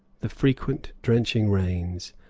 the frequent drenching rains,